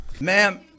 Ma'am